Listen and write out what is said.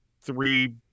three